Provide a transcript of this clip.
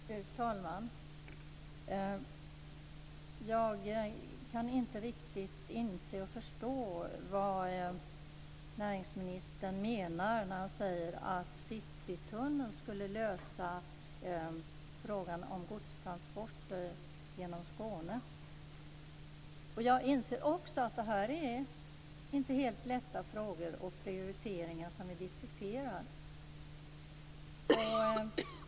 Fru talman! Jag kan inte riktigt inse och förstå vad näringsministern menar när han säger att Citytunneln skulle lösa frågan om godstransporter genom Skåne. Jag inser också att det inte är helt lätta frågor och prioriteringar som vi diskuterar.